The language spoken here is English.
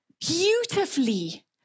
beautifully